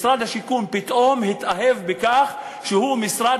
משרד השיכון פתאום התאהב בכך שהוא משרד